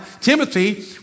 Timothy